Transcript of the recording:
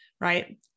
right